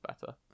better